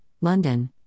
London